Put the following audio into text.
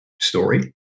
story